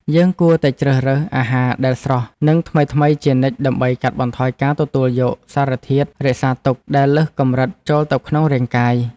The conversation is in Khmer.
យើងគួរតែជ្រើសរើសអាហារដែលស្រស់ និងថ្មីៗជានិច្ចដើម្បីកាត់បន្ថយការទទួលយកសារធាតុរក្សាទុកដែលលើសកម្រិតចូលទៅក្នុងរាងកាយ។